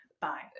Bye